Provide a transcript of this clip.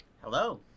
Hello